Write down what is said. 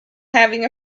having